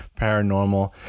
paranormal